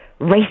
racist